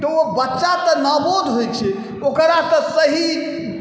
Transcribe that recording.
तऽ ओ बच्चा तऽ नवोध होइ छै ओकरा तऽ सही